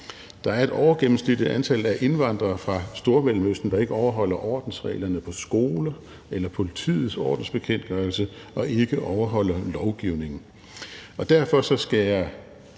regler. Der er et antal af indvandrere fra Stormellemøsten, der ikke overholder ordensreglerne på skoler eller politiets ordensbekendtgørelse og ikke overholder lovgivningen,